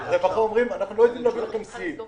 אבל הרווחה אומרים אנחנו לא יודעים להעביר לכם שיאים,